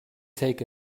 take